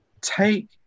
take